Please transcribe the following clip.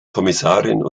kommissarin